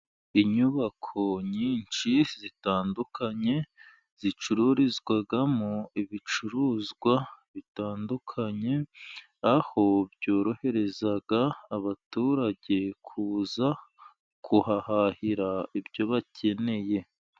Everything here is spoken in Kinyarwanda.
Inyubako nyinshi zitandukanye, zicururizwamo ibicuruzwa bitandukanye, aho byorohereza abaturage kuza kuhahahira ibyo bakeneye.